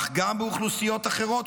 אך גם באוכלוסיות אחרות,